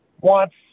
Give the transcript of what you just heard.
wants